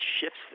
shifts